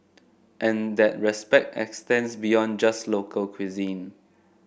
and that respect extends beyond just local cuisine